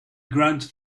granted